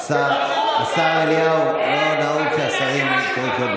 עאידה תומא סלימאן (חד"ש-תע"ל): די לדבר שטויות.